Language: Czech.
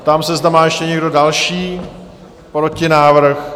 Ptám se, zda má ještě někdo další protinávrh?